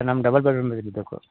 ನಮ್ಗೆ double bedroom ಬೇಕು